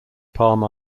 palm